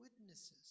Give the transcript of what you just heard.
witnesses